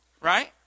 right